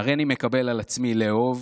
"הריני מקבל על עצמי / לאהוב.